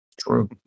True